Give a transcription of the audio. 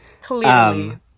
Clearly